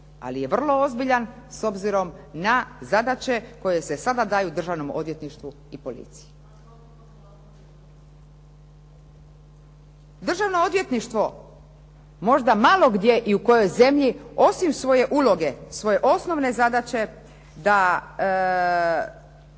ali je vrlo ozbiljan s obzirom na zadaće koje se sada daju Državnom odvjetništvu i policiji. Državno odvjetništvo možda malo gdje i u kojoj zemlji osim svoje uloge, svoje osnovne zadaće da